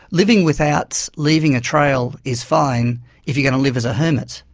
living without leaving a trail is fine if you're going to live as a hermit.